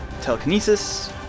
telekinesis